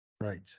right